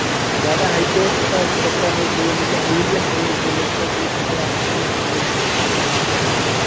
ज़्यादा high cost का कपड़ा नहीं चाहिए मतलब मीडियम चाहिए जो लगभग एक साल आसानी से चल सके